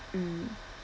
mm